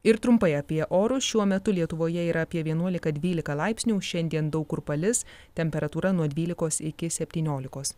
ir trumpai apie orus šiuo metu lietuvoje yra apie vienuolika dvylika laipsnių šiandien daug kur palis temperatūra nuo dvylikos iki septyniolikos